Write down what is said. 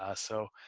ah so.